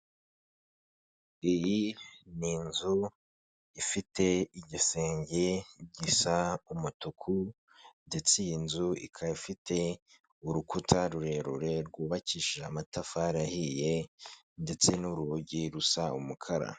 Iyi ni inzu ifite igisenge gisa umutuku ndetse iyi nzu ikaba ifite urukuta rurerure rwubakishije amatafari ahiye ndetse n'urugi rusa umukara.